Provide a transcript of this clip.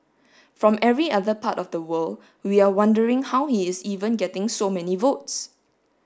from every other part of the world we are wondering how he is even getting so many votes